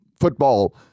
football